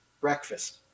breakfast